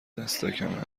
دستکم